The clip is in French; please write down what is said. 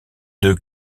deux